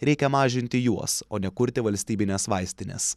reikia mažinti juos o ne kurti valstybines vaistines